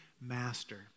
master